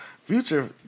Future